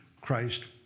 Christ